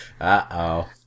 Uh-oh